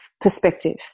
perspective